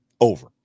over